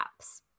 Apps